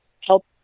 help